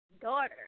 daughter